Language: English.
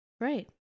Right